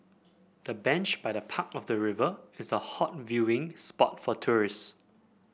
the bench by the park of the river is a hot viewing spot for tourists